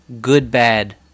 good-bad